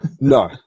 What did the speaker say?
no